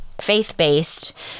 faith-based